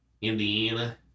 Indiana